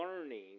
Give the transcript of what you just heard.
learning